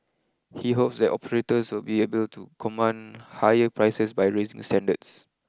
he hopes that operators will be able to command higher prices by raising standards